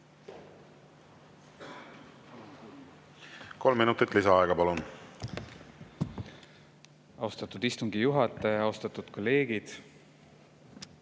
Kolm minutit lisaaega, palun! Austatud istungi juhataja! Austatud kolleegid!